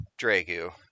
Dragu